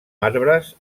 arbres